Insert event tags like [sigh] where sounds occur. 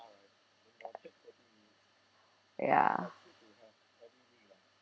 [noise] ya [noise]